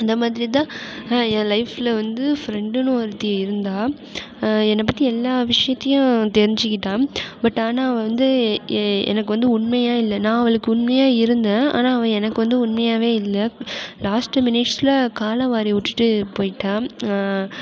அந்த மாதிரிதான் என் லைஃப்பில் வந்து ஃப்ரெண்டுன்னு ஒருத்தி இருந்தாள் என்னை பற்றி எல்லா விஷயத்தையும் தெரிஞ்சுகிட்டா பட் ஆனால் அவள் வந்து எனக்கு வந்து உண்மையாக இல்லை நான் அவளுக்கு உண்மையாக இருந்தேன் ஆனால் அவள் எனக்கு வந்து உண்மையாகவே இல்லை லாஸ்ட்டு மினிட்ஸில் காலை வாரி விட்டுட்டு போய்விட்டா